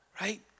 right